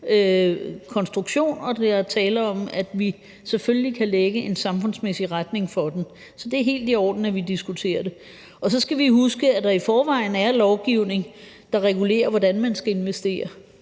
konstruktion og der er tale om, at vi selvfølgelig kan lægge en samfundsmæssig retning for den. Så det er helt i orden, at vi diskuterer det. Og så skal vi huske, at der i forvejen er lovgivning, der regulerer, hvordan man skal investere,